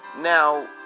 now